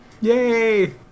Yay